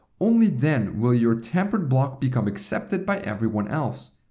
only then will your tampered block become accepted by everyone else.